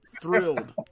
thrilled